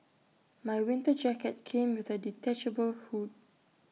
my winter jacket came with A detachable hood